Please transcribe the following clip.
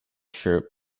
shirt